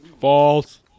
False